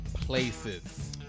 Places